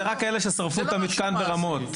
זה רק כאלה ששרפו את המתקן ברמות,